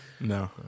no